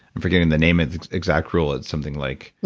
i'm forgetting the name of the exact rule it's something like,